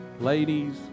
ladies